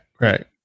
right